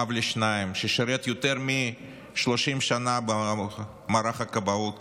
אב לשניים, ששירת יותר מ-30 שנה במערך הכבאות